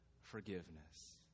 forgiveness